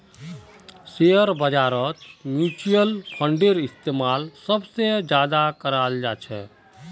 share बाजारत mutual फंडेर इस्तेमाल सबसे ज्यादा कराल जा छे